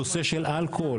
נושא של אלכוהול,